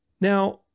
Now